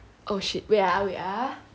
oh shit wait ah wait ah